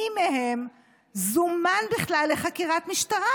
מי מהם זומן בכלל לחקירת משטרה.